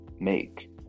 make